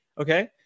Okay